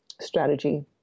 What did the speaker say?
strategy